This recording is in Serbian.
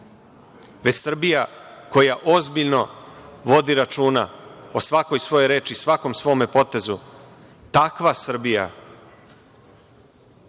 već Srbija koja ozbiljno vodi računa o svakoj svojoj reči i svakom svom potezu, takva Srbija